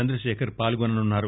Chandrasekhar పాల్గొననున్నారు